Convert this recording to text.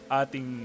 ating